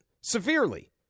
severely